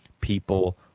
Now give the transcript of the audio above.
people